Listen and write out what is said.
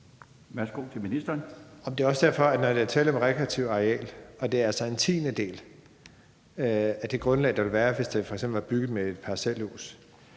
(Jeppe Bruus): Det er også derfor, når der er tale om et rekreativt areal, at det altså er en tiendedel af det grundlag, der ville være, hvis det f.eks. var bebygget med et parcelhus.